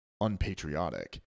unpatriotic